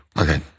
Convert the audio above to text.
Okay